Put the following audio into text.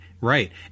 Right